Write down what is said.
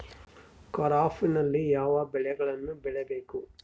ಖಾರೇಫ್ ನಲ್ಲಿ ಯಾವ ಬೆಳೆಗಳನ್ನು ಬೆಳಿಬೇಕು?